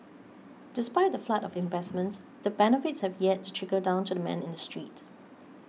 despite the flood of investments the benefits have yet to trickle down to the man in the street